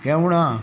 केवणां